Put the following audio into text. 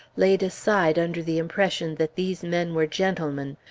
laid aside under the impression that these men were gentlemen.